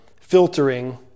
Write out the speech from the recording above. filtering